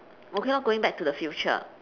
okay lor going back to the future